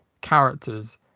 characters